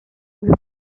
wir